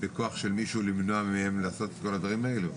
בכח של מישהו למנוע מהם לעשות את כל הדברים האלה?